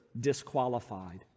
disqualified